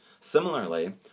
Similarly